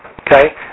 Okay